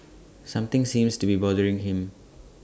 something seems to be bothering him